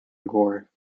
gore